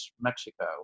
Mexico